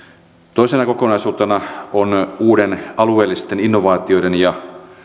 toisena kokonaisuutena on uuden alueellisten innovaatioiden ja